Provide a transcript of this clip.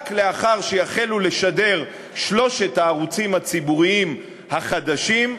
רק לאחר שיחלו שלושת הערוצים הציבוריים החדשים לשדר,